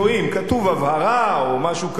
כתוב "הבהרה" או משהו כזה.